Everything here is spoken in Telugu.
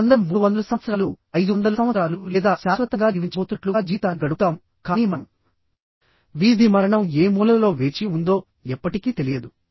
మనమందరం 300 సంవత్సరాలు 500 సంవత్సరాలు లేదా శాశ్వతంగా జీవించబోతున్నట్లుగా జీవితాన్ని గడుపుతాము కానీ మనం వీధి మరణం ఏ మూలలో వేచి ఉందో ఎప్పటికీ తెలియదు